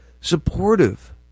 supportive